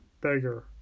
Beggar